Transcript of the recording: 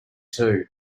too